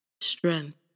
strength